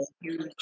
Huge